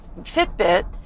Fitbit